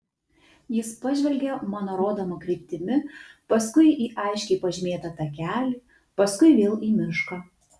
jis pažvelgė mano rodoma kryptimi paskui į aiškiai pažymėtą takelį paskui vėl į mišką